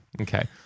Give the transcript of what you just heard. Okay